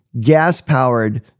gas-powered